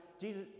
Jesus